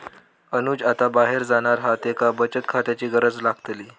अनुज आता बाहेर जाणार हा त्येका बचत खात्याची गरज लागतली